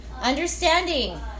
understanding